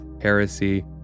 heresy